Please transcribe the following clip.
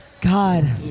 God